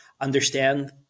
understand